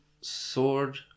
sword